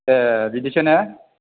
ए बिदिसो ना